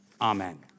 Amen